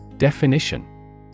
Definition